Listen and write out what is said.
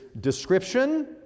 description